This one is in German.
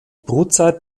brutzeit